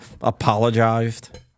apologized